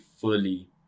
fully